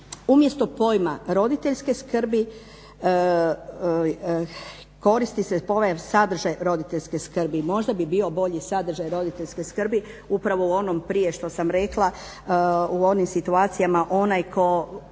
umjesto pojma roditeljske skrbi koristi se pojam sadržaj roditeljske skrbi. Možda bi bio bolji sadržaj roditeljske skrbi upravo u onom prije što sam rekla, u onim situacijama onaj tko